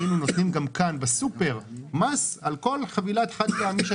אם היינו עושים אותו הדבר גם בחבילות החד-פעמי אז